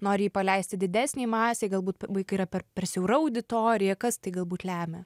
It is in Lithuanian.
nori jį paleisti didesnei masei galbūt vaikai yra per per siaura auditorija kas tai galbūt lemia